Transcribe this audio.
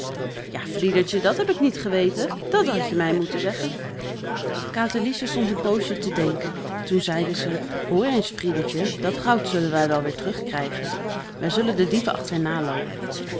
ja friedertje dat heb ik niet geweten dat hadt je mij moeten zeggen katerliesje stond een poosje te denken toen zeide ze hoor eens friedertje dat goud zullen wij wel weer terug krijgen wij zullen de dieven achterna loopen